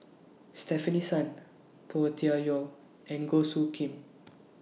Stefanie Sun Tian Yau and Goh Soo Khim